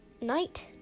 night